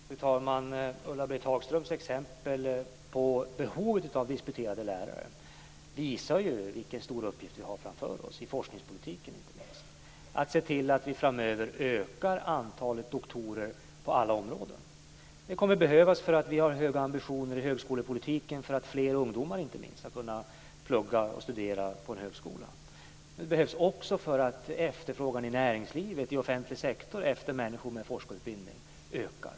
Fru talman! Ulla-Britt Hagströms exempel på behovet av disputerade lärare visar vilken stor uppgift vi har framför oss inte minst i forskningspolitiken. Det gäller att se till att vi framöver ökar antalet doktorer på alla områden. Det kommer att behövas eftersom vi har höga ambitioner i högskolepolitiken för att fler ungdomar ska kunna studera på en högskola. Men det behövs också för att efterfrågan i näringslivet och i offentlig sektor efter människor med forskarutbildning ökar.